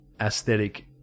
aesthetic